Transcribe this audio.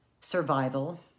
survival